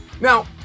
Now